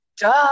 duh